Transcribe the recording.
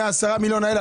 מ-10 מיליון האלה,